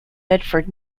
medford